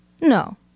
No